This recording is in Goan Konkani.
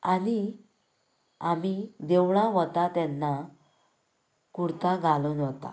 आनी आमी देवळांत वतां तेन्ना कुर्ता घालून वता